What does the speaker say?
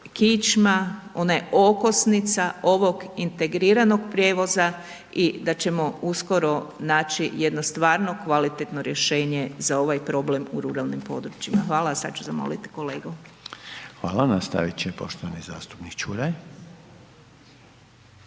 kičma, ona je okosnica ovog integriranog prijevoza i da ćemo uskoro naći jedno stvarno kvalitetno rješenje za ovaj problem u ruralnim područjima. Hvala, a sad ću zamolit kolegu. **Reiner, Željko (HDZ)** Hvala, nastavit će poštovani zastupnik Čuraj.